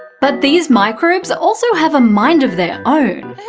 but these microbes also have a mind of their own.